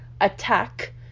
attack